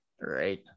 Right